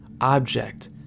object